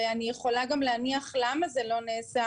ואני יכולה גם להניח למה זה לא נעשה,